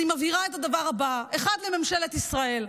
אני מבהירה את הדבר הבא: 1. לממשלת ישראל,